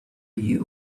you